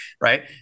right